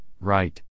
right